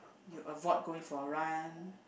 you avoid going for run